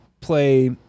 play